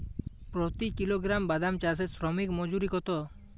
প্রতি কিলোগ্রাম বাদাম চাষে শ্রমিক মজুরি কত?